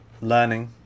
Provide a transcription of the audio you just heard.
Learning